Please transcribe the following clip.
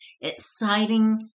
exciting